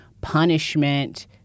punishment